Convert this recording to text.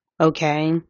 okay